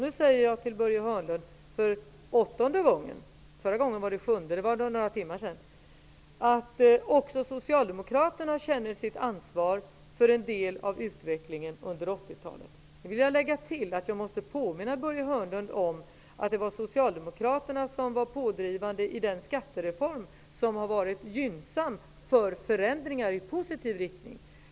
Nu säger jag till Börje Hörnlund för åttonde gången -- för några timmar sedan var det sjunde gången -- att också Socialdemokraterna känner sitt ansvar för en del av utvecklingen under 80-talet. Jag måste påminna Börje Hörnlund om att det var Socialdemokraterna som var pådrivande i den skattereform som har varit gynnsam för förändringar i positiv riktning.